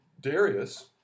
Darius